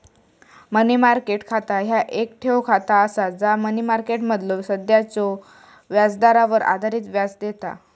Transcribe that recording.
मनी market खाता ह्या येक ठेव खाता असा जा मनी मार्केटमधलो सध्याच्यो व्याजदरावर आधारित व्याज देता